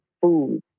food